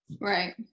Right